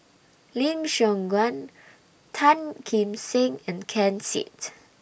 Lim Siong Guan Tan Kim Seng and Ken Seet